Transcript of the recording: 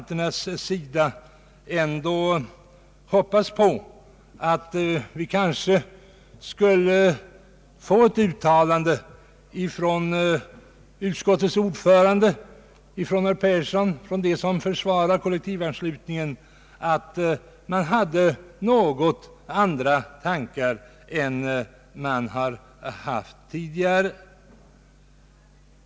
Men vi hade hoppats att kanske få ett uttalande från utskottets ordförande, från herr Persson eller från övriga som försvarar kollektivanslutningen att man hade andra tankar än man haft tidigare.